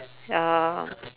ya